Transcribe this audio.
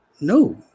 no